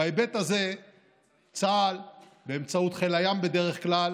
בהיבט הזה צה"ל, באמצעות חיל הים, בדרך כלל